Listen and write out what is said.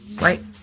Right